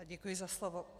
Děkuji za slovo.